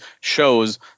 shows